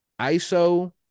ISO